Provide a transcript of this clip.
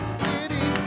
city